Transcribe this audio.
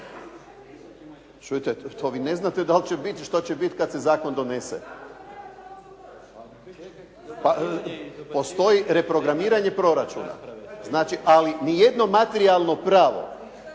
Čujte, to vi ne znate da li će biti i što će biti kad se zakon donese. … /Upadica se ne čuje./ … Pa postoji reprogramiranje proračuna. Znači, ali ni jedno materijalno pravo,